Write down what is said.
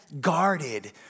guarded